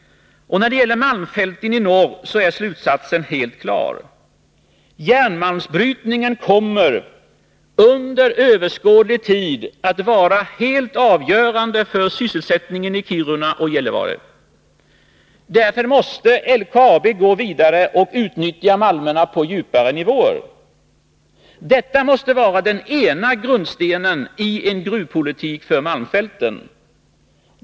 När det gäller malmfälten i norr är slutsatsen helt klar. Järnmalmsbrytningen kommer under överskådlig tid att vara helt avgörande för sysselsättningen i Kiruna och Gällivare. Därför måste LKAB gå vidare och utnyttja malmerna på djupare nivåer. Detta måste vara den ena grundstenen i en gruvpolitik för malmfälten.